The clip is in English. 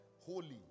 holy